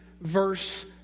verse